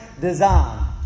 design